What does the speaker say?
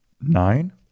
nine